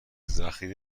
ذخیره